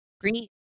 Green